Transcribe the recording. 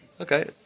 Okay